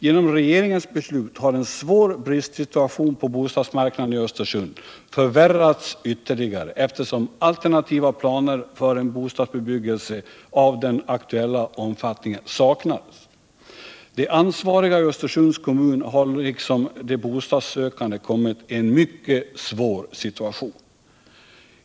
Genom regeringens beslut har en svår bristsituation på bostadsmarknaden i Östersund förvärrats ytterligare, eftersom alternativa planer för en bostadsbebyggelse av den aktuella omfattningen saknas. De ansvariga i Östersunds kommun har liksom de bostadssökande kommit i en mycket svår situation.